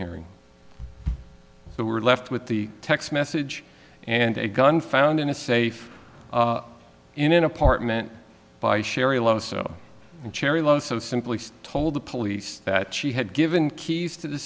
hearing that we're left with the text message and a gun found in a safe in an apartment by sherry lo so cherry low so simply told the police that she had given keys to the